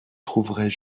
trouveraient